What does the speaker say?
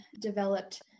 developed